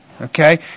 Okay